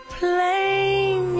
plain